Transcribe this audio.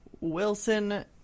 Wilson